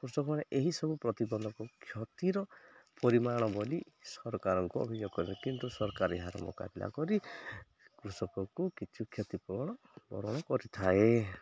କୃଷକମାନେ ଏହିସବୁ ପ୍ରତିିବନ୍ଧକ କ୍ଷତିର ପରିମାଣ ବୋଲି ସରକାରଙ୍କୁ ଅଭିଯୋଗ କଲେ କିନ୍ତୁ ସରକାର ଏହାର ମୁକାବିଲା କରି କୃଷକକୁ କିଛି କ୍ଷତିପୂରଣ ବରଣ କରିଥାଏ